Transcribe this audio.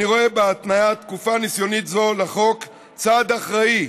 אני רואה בהתניית תקופה ניסיונית זו לחוק צעד אחראי,